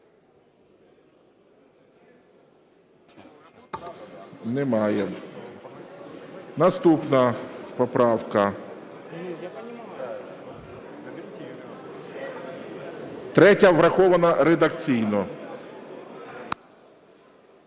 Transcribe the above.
Немає. Наступна поправка. 3-я – врахована редакційно.